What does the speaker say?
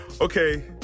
okay